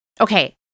Okay